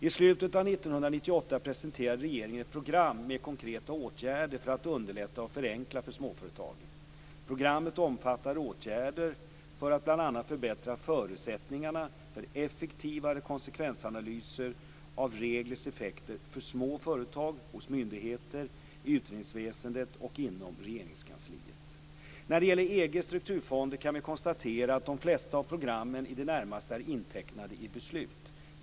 I slutet av 1998 presenterade regeringen ett program med konkreta åtgärder för att underlätta och förenkla för småföretagen. Programmet omfattar åtgärder för att bl.a. förbättra förutsättningarna för effektivare konsekvensanalyser av reglers effekter för små företag hos myndigheter, i utredningsväsendet och inom Regeringskansliet. När det gäller EG:s strukturfonder kan vi konstatera att de flesta av programmen i det närmaste är intecknade i beslut.